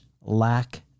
lack